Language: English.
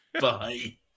Bye